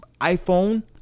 iPhone